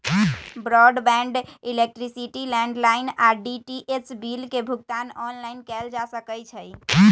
broadband, electricity, landline आऽ DTH bill के भुगतान ऑनलाइन कएल जा सकइ छै